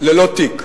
ללא תיק.